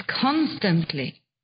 constantly